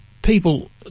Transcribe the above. People